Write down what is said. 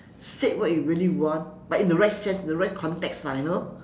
said what you really want but in the right sense in the right context lah you know